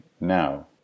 now